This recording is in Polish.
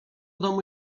domu